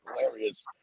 hilarious